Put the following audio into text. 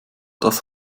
das